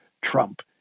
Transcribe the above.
Trump